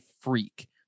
freak